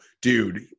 Dude